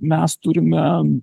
mes turime